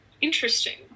interesting